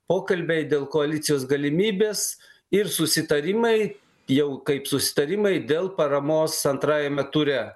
pokalbiai dėl koalicijos galimybės ir susitarimai jau kaip susitarimai dėl paramos antrajame ture